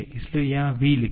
इसलिए यहाँ v लिखें